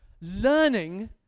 learning